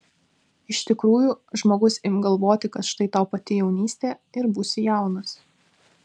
iš tikrųjų žmogus imk galvoti kad štai tau pati jaunystė ir būsi jaunas